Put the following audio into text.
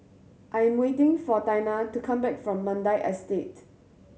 I am waiting for Taina to come back from Mandai Estate